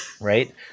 Right